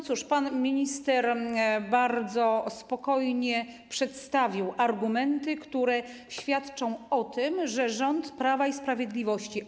Cóż, pan minister bardzo spokojnie przedstawił argumenty, które świadczą o tym, że rząd Prawa i Sprawiedliwości.